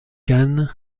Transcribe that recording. cannes